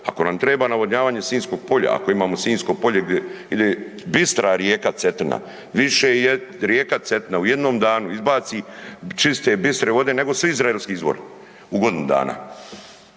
ako nam treba navodnjavanje Sinjskog polja, ako imamo Sinjsko polje gdje ide bistra rijeka Cetina, više rijeka Cetina u jednom danu izbaci čiste bistre vode nego svi izraelski izvori u godinu dana.